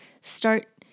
start